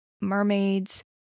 mermaids